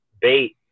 bait